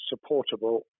supportable